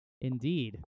Indeed